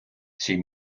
цій